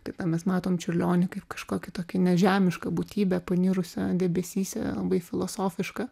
tai ką mes matom čiurlionį kaip kažkokį tokį nežemišką būtybę panirusią debesyse labai filosofišką